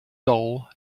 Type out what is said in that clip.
dull